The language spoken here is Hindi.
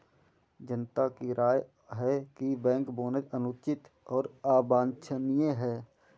जनता की राय है कि बैंक बोनस अनुचित और अवांछनीय है